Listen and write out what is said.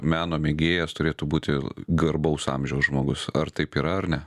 meno mėgėjas turėtų būti garbaus amžiaus žmogus ar taip yra ar ne